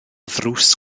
ddrws